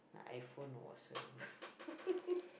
iPhone whatsoever